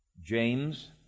James